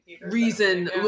reason